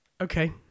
Okay